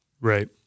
Right